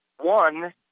one